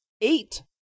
eight